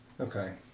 Okay